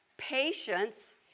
patience